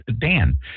Dan